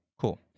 cool